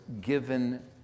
given